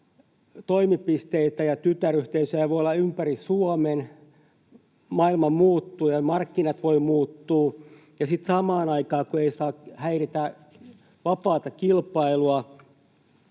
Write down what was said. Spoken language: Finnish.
toimipisteitä ja tytäryhteisöjä voi olla ympäri Suomen, maailma muuttuu ja markkinat voivat muuttua ja sitten samaan aikaan ei saa häiritä vapaata kilpailua,